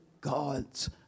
God's